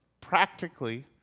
practically